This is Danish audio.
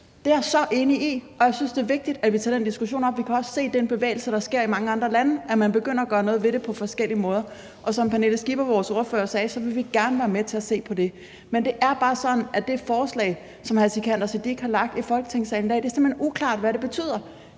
Det er jeg så enig i, og jeg synes, det er vigtigt, at vi tager den diskussion op. Vi kan også se den bevægelse, der sker i mange andre lande, nemlig at man begynder at gøre noget ved det på forskellige måder, og som Pernille Skipper, vores ordfører, sagde, vil vi gerne være med til at se på det. Men det er bare sådan, at det er uklart, hvad det forslag, som hr. Sikandar Siddique har lagt frem i Folketingssalen i dag, betyder. Er det, at staten